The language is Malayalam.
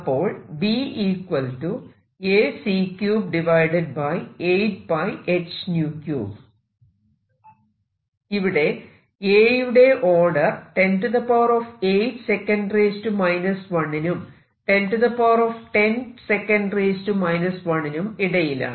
അപ്പോൾ ഇവിടെ A യുടെ ഓർഡർ 108 S 1 നും 1010 S 1 നും ഇടയിലാണ്